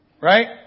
Right